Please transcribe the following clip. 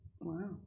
wow